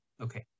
Okay